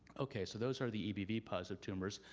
okay, so those are the ebv positive tumors,